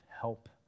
help